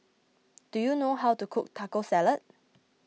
do you know how to cook Taco Salad